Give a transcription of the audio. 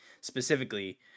specifically